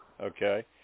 Okay